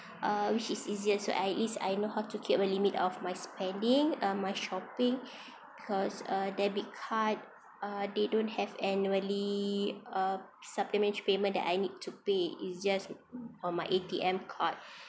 uh which is easier so at least I know how to keep a limit of my spending uh my shopping because a debit card uh they don't have annually uh supplementary payment that I need to pay it's just on my A_T_M card